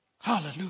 Hallelujah